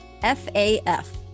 FAF